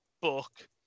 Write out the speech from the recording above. book